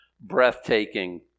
breathtaking